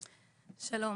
שלום,